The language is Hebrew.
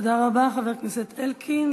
תודה רבה, חבר הכנסת אלקין.